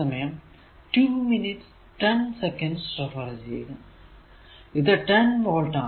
ഇത് 10 വോൾട് ആണ്